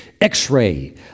X-ray